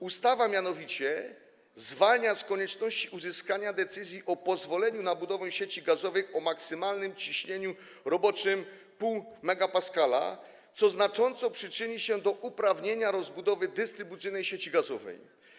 Ustawa mianowicie zwalnia z konieczności uzyskania decyzji o pozwoleniu na budowę sieci gazowych o maksymalnym ciśnieniu roboczym 0,5 MPa, co znacząco przyczyni się do usprawnienia rozbudowy dystrybucyjnej sieci gazowej.